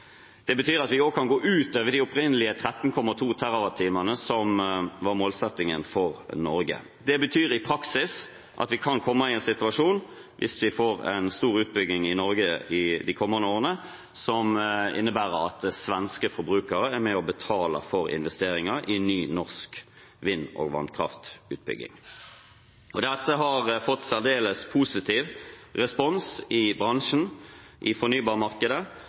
Det betyr at vi også kan gå utover de opprinnelige 13,2 TWh som var målsettingen for Norge. Det betyr i praksis at vi kan komme i en situasjon – hvis vi får en stor utbygging i Norge i de kommende årene – som innebærer at svenske forbrukere er med og betaler for investeringer i ny norsk vind- og vannkraftutbygging. Dette har fått særdeles positiv respons i bransjen, i fornybarmarkedet.